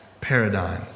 paradigm